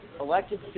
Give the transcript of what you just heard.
elected